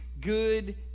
good